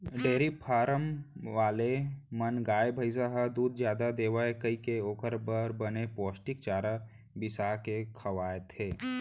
dairy farm वाले मन गाय, भईंस ह दूद जादा देवय कइके ओकर बर बने पोस्टिक चारा बिसा के खवाथें